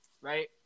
right